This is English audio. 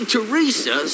Teresa